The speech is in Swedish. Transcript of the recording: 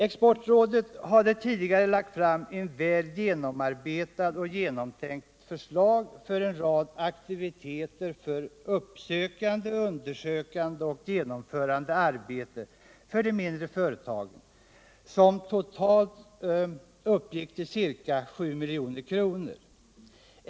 Exportrådet hade tidigare lagt fram ett väl genomarbetat och genomtänkt förslag om en rad aktiviteter för uppsökande, undersökande och genomförande arbete för de mindre företagen, som totalt skulle kosta ca 7 milj.kr.